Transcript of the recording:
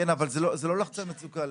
כן, אבל זה לא לחצן מצוקה.